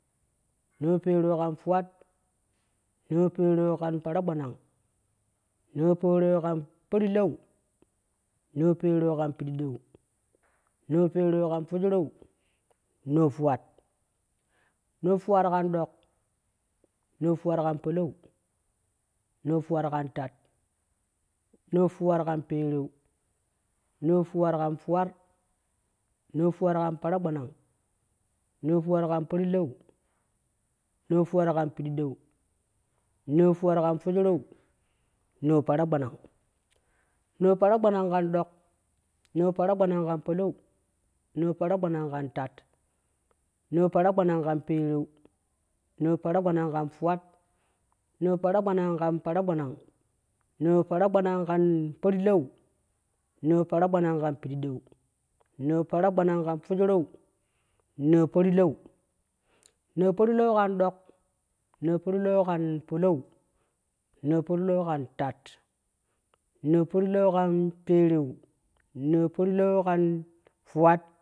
Noo pereu kan ⼲uwat, nao pereu kan paragbanang noo pereu kan paarilau naa pereu kan piɗidau, nao pereu kan fejerau, nao ⼲uwat. kan palau, noo ⼲uwa tat nao ⼲uwat kan pereu, noo⼲uwa kan ⼲uwat nao ⼲uwat kan paragba nang naa ⼲uwat kan parilau, noo ⼲uwat kan pidiɗau, noo ⼲uwat kan ⼲ejereu, nao paragbanang, naa paragbanang kan ɗok naa paragba nang kan palau noo paragbanang kan tat, noo paragbanang kan pereu, noo paragbanang kan fuwat, noo paragbanang kan paragbanang, noo paragbanang kan parilau, noo paragbanang kan pididau, noo paragba. nang kan fejereu, noo parilau, noo parilau kan dok, noo parilau kan palau, noo parilau kan tat, noo parilau kan pere noo parilau kan fuwat.